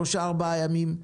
שלושה-ארבעה ימים,